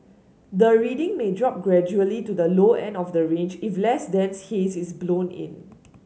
the reading may drop gradually to the low end of the range if less dense haze is blown in